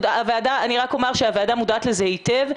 אני רק אומר שהוועדה מודעת לזה היטב.